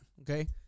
Okay